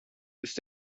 ist